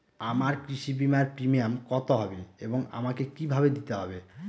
আমার কৃষি বিমার প্রিমিয়াম কত হবে এবং আমাকে কি ভাবে দিতে হবে?